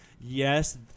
Yes